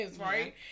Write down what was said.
right